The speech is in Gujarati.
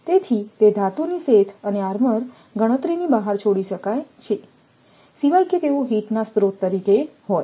તેથી તે ધાતુની શેથ અને આર્મર ગણતરીની બહાર છોડી શકાય છે સિવાય કે તેઓ હીટ ના સ્ત્રોત છે